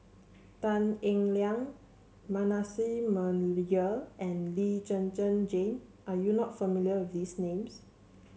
Tan Eng Liang Manasseh Meyer and Lee Zhen Zhen Jane are you not familiar with these names